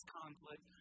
conflict